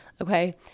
Okay